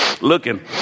looking